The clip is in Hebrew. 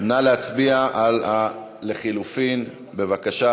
נא להצביע על לחלופין, בבקשה.